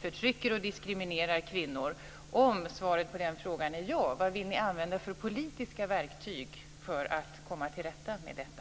förtrycker och diskriminerar kvinnor? Om svaret på den frågan är ja undrar jag vad ni vill använda för politiska verktyg för att komma till rätta med detta.